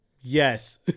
Yes